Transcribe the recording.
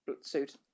suit